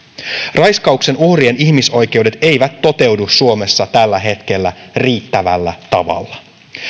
raiskauksen uhrien ihmisoikeudet eivät toteudu suomessa tällä hetkellä riittävällä tavalla